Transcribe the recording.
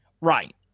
Right